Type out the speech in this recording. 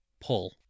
pull